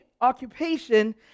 occupation